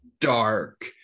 dark